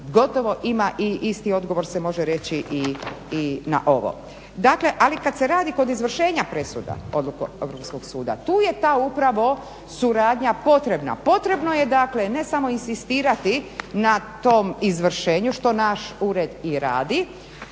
gotovo imali i isti odgovor se može reći i na ovo. Dakle, ali kad se radi kod izvršenja presuda odluke Europskog suda tu je ta upravo suradnja potrebna. Potrebno je dakle ne samo inzistirati na tom izvršenju što naš ured i radi